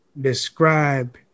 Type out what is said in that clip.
describe